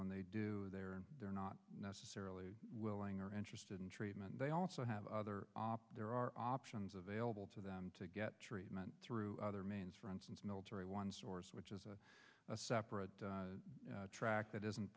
when they do they're they're not necessarily willing or interested in treatment they also have other there are options available to them to get treatment through other means for instance military one source which is a separate track that isn't